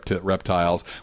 reptiles